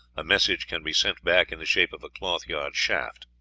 a message can be sent back in the shape of a cloth-yard shaft.